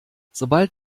sobald